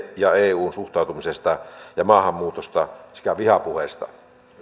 euhun suhtautumisesta ja maahanmuutosta sekä vihapuheesta